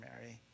Mary